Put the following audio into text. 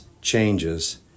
changes